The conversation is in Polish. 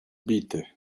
bity